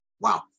wow